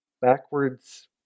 backwards